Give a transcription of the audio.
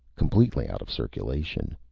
completely out of circulation.